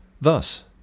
Thus